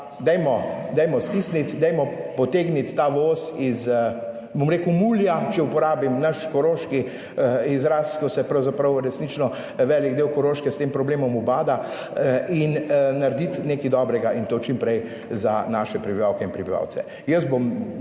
dajmo stisniti, dajmo potegniti ta voz iz, bom rekel, mulja, če uporabim naš koroški izraz, ko se pravzaprav resnično velik del Koroške s tem problemom ubada in narediti nekaj dobrega in to čim prej za naše prebivalke in prebivalce. Jaz bom